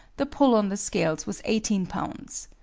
the pull on the scales was eighteen lbs.